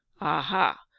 Aha